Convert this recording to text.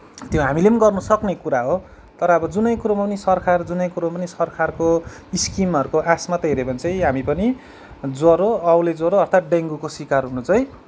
त्यो हामीले पनि गर्नसक्ने कुरा हो तर अब जुनै कुरोमा पनि सरकार जुनै कुरो पनि सरकारको स्किमहरूको आश मात्रै हेर्यौँ भने चाहिँ हामी पनि ज्वरो औलेज्वरो अर्थात् डेङ्गुको सिकार हुन चाहिँ